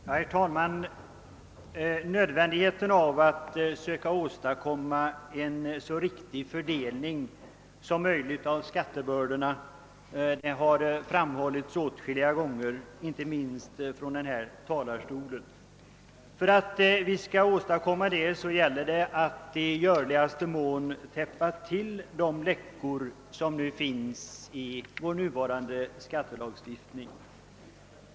Herr talman! Nödvändigheten av att söka åstadkomma en så riktig fördelning som möjligt av skattebördorna har framhållits åtskilliga gånger, inte minst från denna talarstol. För att vi skall kunna åstadkomma det gäller det att i görligaste mån täppa till de läckor som finns i vår nuvarande skattelagstiftning.